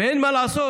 ואין מה לעשות.